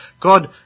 God